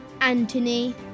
Antony